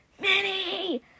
Minnie